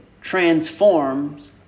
transforms